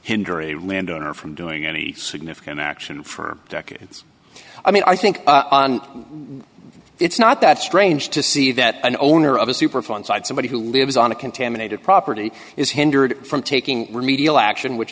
hinder a landowner from doing any significant action for decades i mean i think it's not that strange to see that an owner of a superfund site somebody who lives on a contaminated property is hindered from taking remedial action which